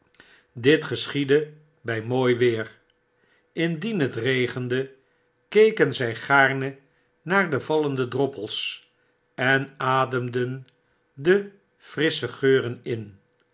dit geschiedde by mooi weer indien het regende keken zy gaarne naar de vallende droppels en ademden de frissche geuren in